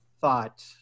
thought